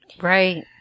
Right